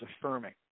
affirming